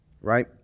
Right